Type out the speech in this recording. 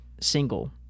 single